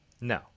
No